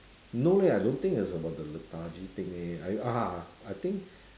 no leh I don't think it's about the lethargy thing leh I ah I think